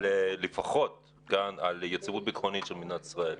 לפחות על היציבות הביטחונית של מדינת ישראל.